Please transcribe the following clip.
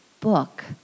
book